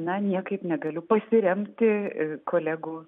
na niekaip negaliu pasiremti kolegų